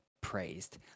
praised